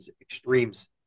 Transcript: extremes